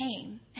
came